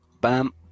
bam